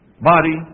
body